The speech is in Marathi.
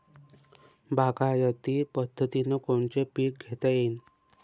बागायती पद्धतीनं कोनचे पीक घेता येईन?